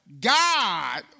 God